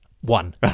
One